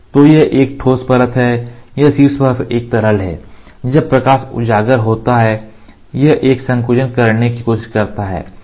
तो यह एक ठोस परत है यह शीर्ष पर एक तरल है जब प्रकाश उजागर होता है यह एक संकोचन करने की कोशिश करता है